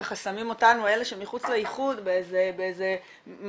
שמים אותנו אלה שמחוץ לאיחוד באיזה מקום